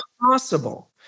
possible